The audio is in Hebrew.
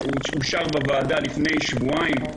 לחוק שירות הביטחון, שאושר בוועדה לפני שבועיים.